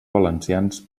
valencians